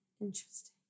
Interesting